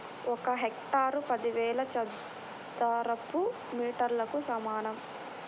ఒక హెక్టారు పదివేల చదరపు మీటర్లకు సమానం